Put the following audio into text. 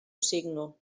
signo